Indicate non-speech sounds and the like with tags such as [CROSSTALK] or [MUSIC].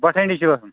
[UNINTELLIGIBLE]